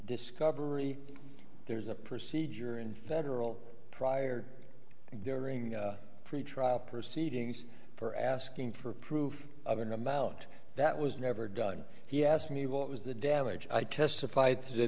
discovery there's a procedure in federal prior and during pretrial proceedings for asking for proof of an amount that was never done he asked me what was the damage i testified t